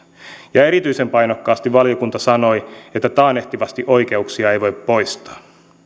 ja erityisen painokkaasti valiokunta sanoi että taannehtivasti oikeuksia ei voi poistaa